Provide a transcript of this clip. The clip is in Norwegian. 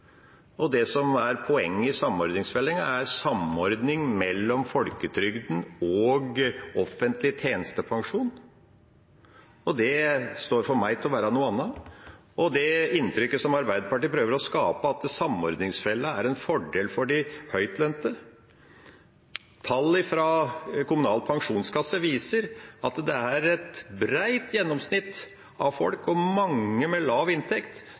Det som er poenget i samordningsfellen, er samordning mellom folketrygden og offentlig tjenestepensjon. Det står for meg å være noe annet. Arbeiderpartiet prøver å skape et inntrykk av at samordningsfellen er en fordel for de høytlønte. Tall fra Kommunal Landspensjonskasse viser at det er et bredt gjennomsnitt av folk og mange med lav inntekt